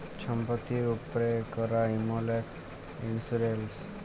ছম্পত্তির উপ্রে ক্যরা ইমল ইক ইল্সুরেল্স